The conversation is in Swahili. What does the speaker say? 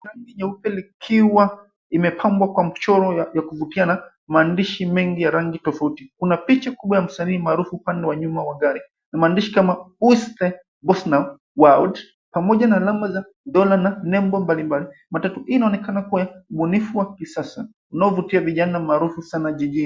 Rangi nyeupe likiwa limepambwa kwa michoro ya kuvutia na maandishi mengi ya rangi tofauti, kuna picha kubwa ya msanii maarufu upande wa nyuma na gari na maandishi kama Who's the Boss Now, World pamoja na alama za dola na nembo mbalimbali. Matatu hii inaonekana kuwa ya ubunifu wa kisasa unaovutia vijana maarufu sana jijini.